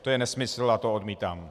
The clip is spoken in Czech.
To je nesmysl a to odmítám.